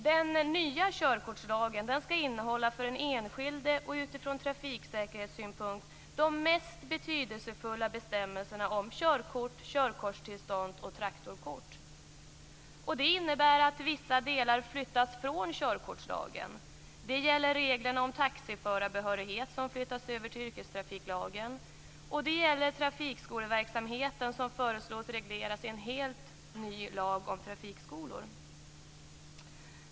Den nya körkortslagen skall innehålla för den enskilde och utifrån trafiksäkerhetssynpunkt de mest betydelsefulla bestämmelserna om körkort, körkortstillstånd och traktorkort. Det innebär att vissa delar flyttas från körkortslagen. Det gäller reglerna om taxiförarbehörighet, som flyttas över till yrkestrafiklagen. Och det gäller trafikskoleverksamheten, som föreslås regleras i en helt ny lag om trafikskolor.